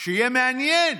שיהיה מעניין.